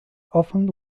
often